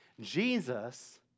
Jesus